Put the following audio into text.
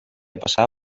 passar